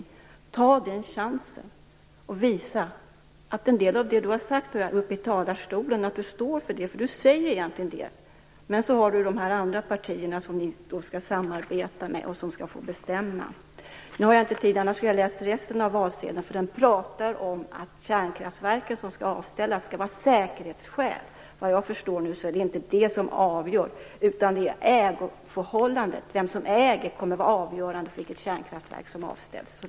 Jag tycker att han borde ta den chansen och visa att han står för en del av det han har sagt här uppe i talarstolen. Han säger ju egentligen det - men så har han de andra partierna som han skall samarbeta med och som skall få bestämma. Om jag hade haft tid skulle jag ha läst resten av valsedeln, eftersom det där talas om att de kärnkraftverk som skall avställas skall göra det av säkerhetsskäl. Såvitt jag nu förstår är det inte det som avgör utan det är ägarförhållandet. Det betyder att vem som äger kärnkraftverket kommer att vara avgörande för vilket kärnkraftverk som avställs.